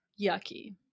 Yucky